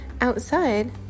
Outside